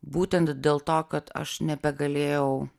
būtent dėl to kad aš nebegalėjau